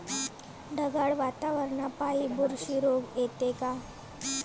ढगाळ वातावरनापाई बुरशी रोग येते का?